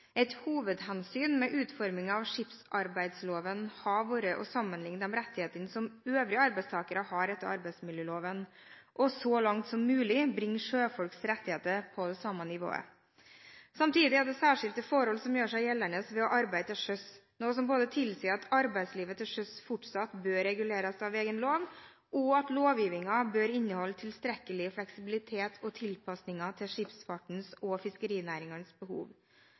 Et hovedhensyn med utformingen av skipsarbeidsloven har vært å sammenligne de rettigheter som øvrige arbeidstakere har etter arbeidsmiljøloven, og så langt som mulig bringe sjøfolks rettigheter opp på samme nivå. Samtidig er det særskilte forhold som gjør seg gjeldende ved å arbeide til sjøs. Det tilsier at arbeidslivet til sjøs fortsatt bør reguleres av en egen lov, og at lovgivningen bør inneholde tilstrekkelig fleksibilitet og tilpasninger til skipsfartens og fiskerinæringens behov.